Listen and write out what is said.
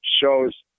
shows